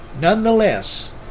Nonetheless